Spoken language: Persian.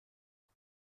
عید